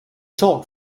talk